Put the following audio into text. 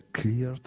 clear